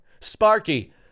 Sparky